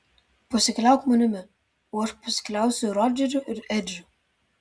pasikliauk manimi o aš pasikliausiu rodžeriu ir edžiu